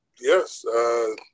Yes